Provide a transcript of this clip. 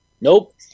Nope